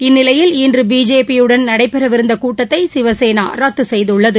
இந்நிலையில் இன்று பிஜேபியுடன் நடைபெறவிருந்த கூட்டத்தை சிவசேனா ரத்து செய்துள்ளது